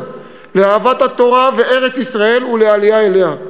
לאהבת התורה וארץ-ישראל ולעלייה אליה.